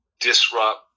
disrupt